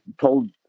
told